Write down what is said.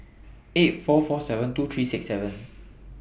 eight four four seven two three six seven